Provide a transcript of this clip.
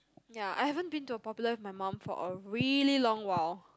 ya I haven't been to a popular with my mum for a really long while